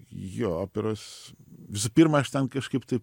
jo operos visų pirma aš ten kažkaip tai